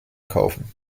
kaufen